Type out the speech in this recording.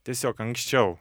tiesiog anksčiau